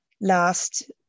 last